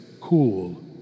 cool